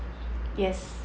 yes